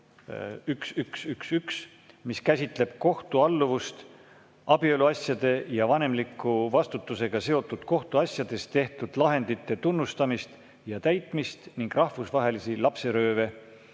2019/1111, mis käsitleb kohtualluvust, abieluasjade ja vanemliku vastutusega seotud kohtuasjades tehtud lahendite tunnustamist ja täitmist ning rahvusvahelisi lapserööve